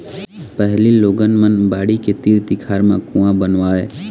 पहिली लोगन मन बाड़ी के तीर तिखार म कुँआ बनवावय